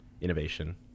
innovation